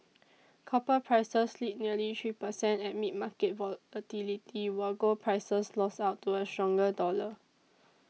copper prices slid nearly three percent amid market volatility while gold prices lost out to a stronger dollar